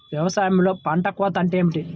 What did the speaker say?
వ్యవసాయంలో పంట కోత అంటే ఏమిటి?